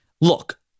Look